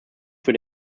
für